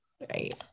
Right